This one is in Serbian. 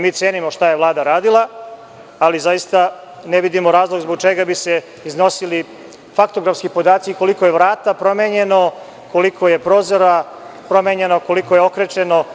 Mi cenimo šta je Vlada radila, ali zaista, ne vidimo razlog zbog čega bi se iznosili faktografski podaci koliko je vrata promenjeno, koliko je prozora promenjeno, koliko je okrečeno.